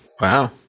Wow